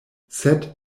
sed